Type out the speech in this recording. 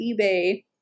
ebay